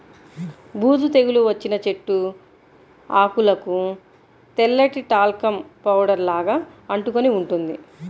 బూజు తెగులు వచ్చిన చెట్టు ఆకులకు తెల్లటి టాల్కమ్ పౌడర్ లాగా అంటుకొని ఉంటుంది